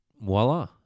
voila